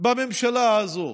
בממשלה הזאת.